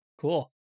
Cool